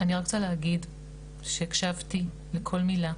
אני רוצה להגיד שהקשבתי לכל מילה.